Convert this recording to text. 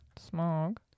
Smog